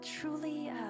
truly